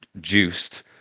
juiced